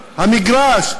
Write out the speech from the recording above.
המגרש,